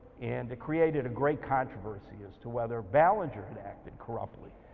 and it created a great controversy as to whether ballinger had acted corruptly,